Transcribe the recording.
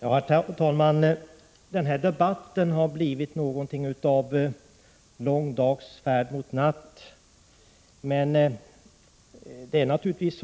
Herr talman! Den här debatten har blivit något av lång dags färd mot natt. Men det är naturligtvis